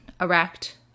erect